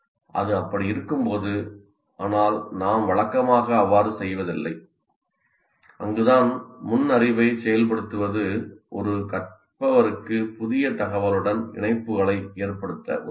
அது அப்படி இருக்கும்போது ஆனால் நாம் வழக்கமாக அவ்வாறு செய்வதில்லை அங்குதான் முன் அறிவைச் செயல்படுத்துவது ஒரு கற்றவருக்கு புதிய தகவலுடன் இணைப்புகளை ஏற்படுத்த உதவுகிறது